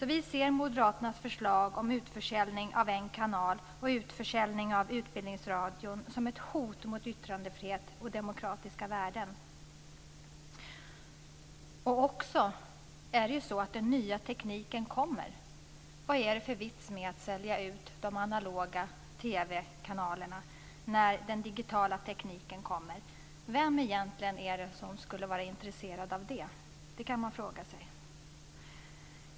Vi ser moderaternas förslag om utförsäljning av en kanal och utförsäljning av Utbildningsradion som ett hot mot yttrandefrihet och demokratiska värden. Det är också så att den nya tekniken kommer. Vad är det för vits med att sälja ut de analoga TV-kanalerna när den digitala tekniken kommer? Vem är det egentligen som skulle vara intresserad av det? Det kan man fråga sig.